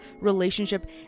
relationship